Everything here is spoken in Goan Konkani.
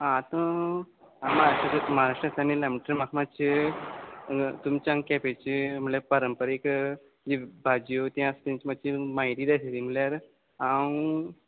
आतां हांव म्हाराष्ट्रांतल्यान म्हाराष्ट्रांतल्यान येयला म्हणजे म्हाक मात्चें तुमच्या आंग केंपेचे म्हणल्यार पारंपारीक जी भाजयो तें आस तेंची माच्ची म्हायती जाय आसली म्हणल्यार हांव